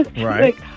Right